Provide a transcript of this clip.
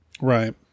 Right